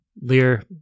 Lear